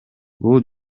бул